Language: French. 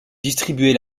distribuer